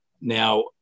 Now